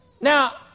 Now